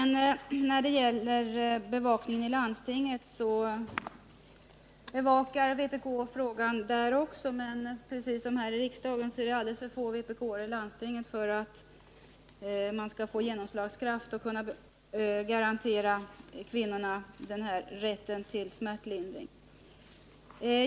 När det sedan gäller bevakningen i landstinget följer vpk upp frågan också där, men precis som här i riksdagen är det alldeles för få vpk-are i landstinget för att man skall få genomslagskraft för kravet att kvinnorna skall garanteras rätten till smärtlindring.